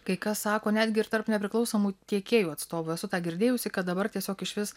kai kas sako netgi ir tarp nepriklausomų tiekėjų atstovų esu girdėjusi kad dabar tiesiog išvis